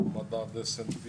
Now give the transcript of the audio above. גם מדד S&P,